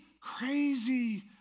crazy